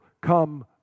come